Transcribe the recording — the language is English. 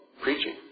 preaching